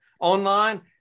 online